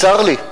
צר לי,